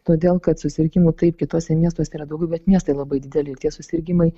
todėl kad susirgimų taip kituose miestuose yra daugiau bet miestai labai dideli tie susirgimai